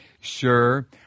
sure